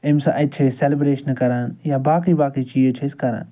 اَمہِ سا اَتہِ چھِ أسۍ سیٚلبرٛیشنہٕ کَران یا باقٕے باقٕے چیٖز چھِ أسۍ کران